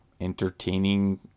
entertaining